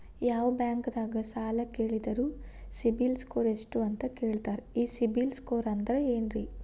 ಯಾವ ಬ್ಯಾಂಕ್ ದಾಗ ಸಾಲ ಕೇಳಿದರು ಸಿಬಿಲ್ ಸ್ಕೋರ್ ಎಷ್ಟು ಅಂತ ಕೇಳತಾರ, ಈ ಸಿಬಿಲ್ ಸ್ಕೋರ್ ಅಂದ್ರೆ ಏನ್ರಿ?